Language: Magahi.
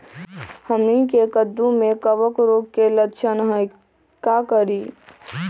हमनी के कददु में कवक रोग के लक्षण हई का करी?